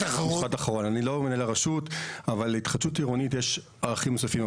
אני לא מנהל הרשות אבל להתחדשות עירונית יש ערכים נוספים.